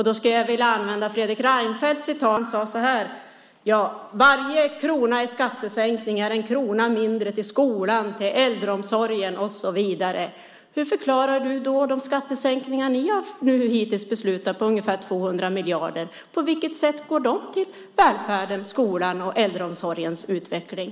Då skulle jag vilja återge vad Fredrik Reinfeldt sade på partistämman: Varje krona i skattesänkning är en krona mindre till skolan, till äldreomsorgen och så vidare. Hur förklarar du då de skattesänkningar på ungefär 200 miljarder som ni hittills har beslutat om? På vilket sätt går de till välfärden, skolan och äldreomsorgens utveckling?